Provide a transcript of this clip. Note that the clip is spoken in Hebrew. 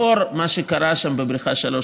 בעקבות מה שקרה שם בבריכה 3,